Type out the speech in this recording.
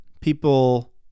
people